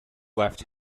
left